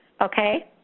okay